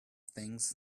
thinks